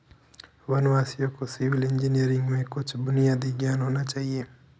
वनवासियों को civil engineering में कुछ बुनियादी ज्ञान होना चाहिए